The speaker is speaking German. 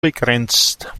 begrenzt